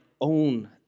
own